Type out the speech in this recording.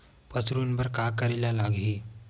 पशु ऋण बर का करे ला लगही?